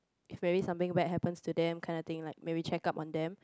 if very something bad happens to them kind of thing like maybe check up on them